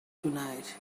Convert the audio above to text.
tonight